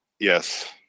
Yes